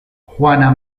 juana